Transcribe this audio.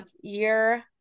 year